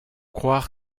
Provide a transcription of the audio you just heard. croire